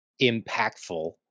impactful